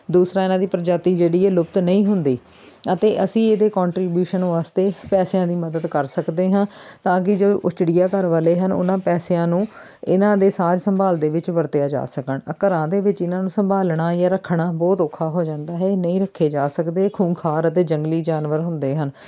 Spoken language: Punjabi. ਦੂਸਰਾ ਇਹਨਾਂ ਦੀ ਪ੍ਰਜਾਤੀ ਜਿਹੜੀ ਹੈ ਲੁਪਤ ਨਹੀਂ ਹੁੰਦੀ ਅਤੇ ਅਸੀਂ ਇਹਦੇ ਕੋਂਟਰੀਬਿਊਸ਼ਨ ਵਾਸਤੇ ਪੈਸਿਆਂ ਦੀ ਮਦਦ ਕਰ ਸਕਦੇ ਹਾਂ ਤਾਂ ਕਿ ਜੋ ਉਹ ਚਿੜੀਆ ਘਰ ਵਾਲੇ ਹਨ ਉਹਨਾਂ ਪੈਸਿਆਂ ਨੂੰ ਇਹਨਾਂ ਦੇ ਸਾਂਭ ਸੰਭਾਲ ਦੇ ਵਿੱਚ ਵਰਤਿਆ ਜਾ ਸਕਣ ਘਰਾਂ ਦੇ ਵਿੱਚ ਇਹਨਾਂ ਨੂੰ ਸੰਭਾਲਣਾ ਜਾਂ ਰੱਖਣਾ ਬਹੁਤ ਔਖਾ ਹੋ ਜਾਂਦਾ ਹੈ ਨਹੀਂ ਰੱਖੇ ਜਾ ਸਕਦੇ ਖੂੰਖਾਰ ਅਤੇ ਜੰਗਲੀ ਜਾਨਵਰ ਹੁੰਦੇ ਹਨ